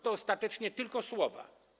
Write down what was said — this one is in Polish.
To ostatecznie tylko słowa.